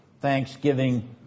thanksgiving